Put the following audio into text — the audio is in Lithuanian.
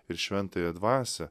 ir šventąją dvasią